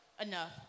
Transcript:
enough